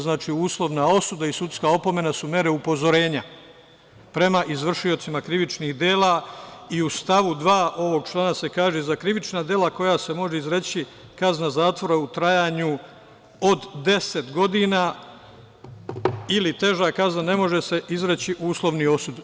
Znači, uslovna osuda i sudska opomena su mere upozorenja prema izvršiocima krivičnih dela i u stavu 2. ovog člana se kaže – za krivična dela za koja se može izreći kazna zatvora u trajanju od 10 godina ili teža kazna ne može se izreći uslovni osud.